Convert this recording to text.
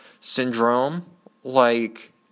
syndrome-like